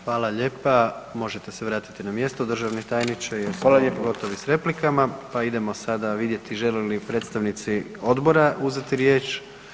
Hvala lijepa, možete se vratiti na mjesto, državni tajniče [[Upadica Plazonić: Hvala lijepo.]] Mi smo gotovi s replikama pa idemo sada vidjeti žele li predstavnici odbora uzeti riječ?